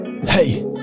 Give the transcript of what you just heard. Hey